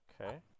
Okay